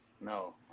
No